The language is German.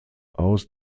aus